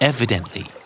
Evidently